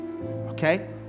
Okay